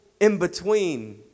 in-between